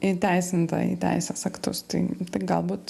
įteisinta į teisės aktus tai galbūt